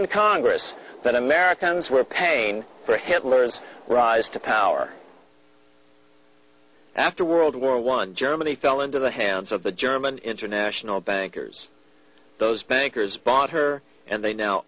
d congress that americans were paying for hitler's rise to power after world war one germany fell into the hands of the german international bankers those bankers bought her and they now